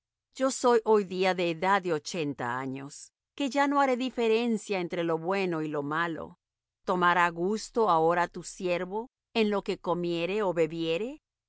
yo soy hoy día de edad de ochenta años que ya no haré diferencia entre lo bueno y lo malo tomará gusto ahora tu siervo en lo que comiere ó bebiere